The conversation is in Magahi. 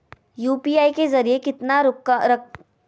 यू.पी.आई के जरिए कितना रकम तक पैसा भेज सको है?